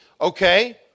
Okay